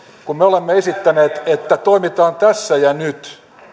kun me olemme esittäneet että toimitaan tässä ja nyt